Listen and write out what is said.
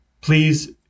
please